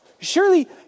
Surely